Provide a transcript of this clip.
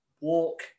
Walk